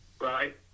Right